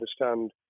understand